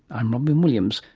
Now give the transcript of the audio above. i'm robyn williams